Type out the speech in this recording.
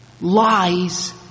lies